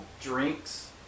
drinks